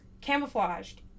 camouflaged